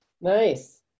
Nice